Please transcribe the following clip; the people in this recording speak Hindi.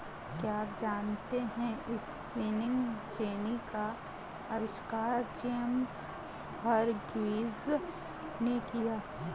क्या आप जानते है स्पिनिंग जेनी का आविष्कार जेम्स हरग्रीव्ज ने किया?